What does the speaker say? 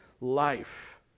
life